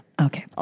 Okay